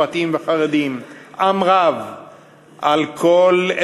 מתחייב אני אמנון כהן,